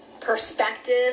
perspective